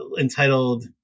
entitled